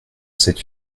cette